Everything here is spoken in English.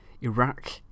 Iraq